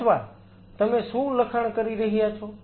અથવા તમે શું લખાણ કરી રહ્યા છો